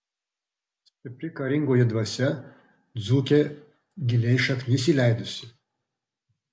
stipri karingoji dvasia dzūke giliai šaknis įleidusi